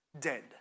dead